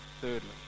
Thirdly